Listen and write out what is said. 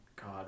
God